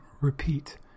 repeat